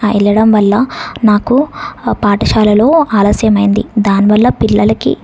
ఆ వెళ్ళడం వల్ల నాకు పాఠశాలలో ఆలస్యమైంది దాని వల్ల పిల్లలకి